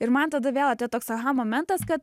ir man tada vėl atėjo toks aha momentas kad